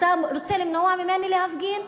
אתה רוצה למנוע ממני להפגין?